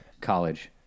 college